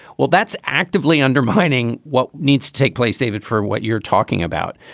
well, that's actively undermining what needs to take place, david, for what you're talking about.